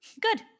Good